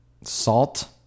Salt